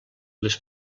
les